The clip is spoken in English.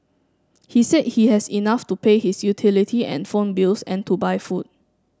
he said he has enough to pay his utility and phone bills and to buy food